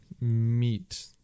meet